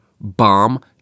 Bomb